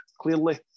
Clearly